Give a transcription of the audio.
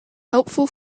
helpful